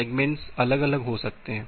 segments अलग अलग हो सकते हैं